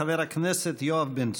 חבר הכנסת יואב בן צור.